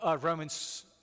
Romans